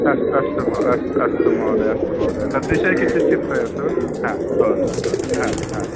अस् अस्तु महो अस्त् अस्तु महोदय अस्तु महोदय तद्विषये किञ्चित् चिन्तयतु हा भवतु हु हा हा